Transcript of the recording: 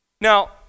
Now